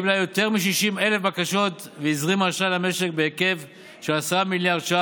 מיותרים, וסגני שרים, חלקם חסרי עבודה,